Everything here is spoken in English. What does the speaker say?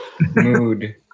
Mood